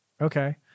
okay